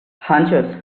hunches